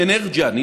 עם אנרג'יאן,